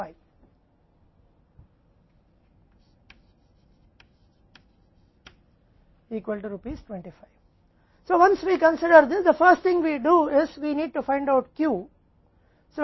इसलिए एक बार जब हम इस पर विचार करते हैं तो सबसे पहले हम करते हैं हमें Q का पता लगाने की आवश्यकता है